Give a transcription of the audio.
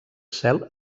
cel